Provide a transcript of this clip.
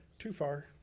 too far.